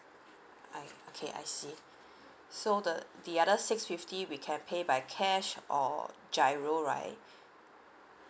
I okay I see so the the other six fifty we can pay by cash or giro right